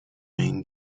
main